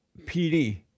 PD